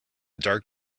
dark